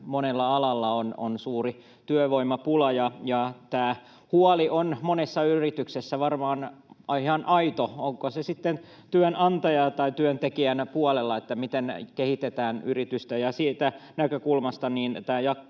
monella alalla on suuri työvoimapula. Tämä huoli on monessa yrityksessä varmaan ihan aito, on se sitten työnantajan tai työntekijän puolella, miten kehitetään yritystä, ja siitä näkökulmasta tämä